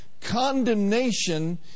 Condemnation